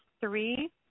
three